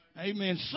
amen